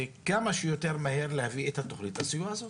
כמה שיותר מהר להביא את התוכנית מהסיבה הזאת.